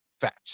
Fat